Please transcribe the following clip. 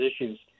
issues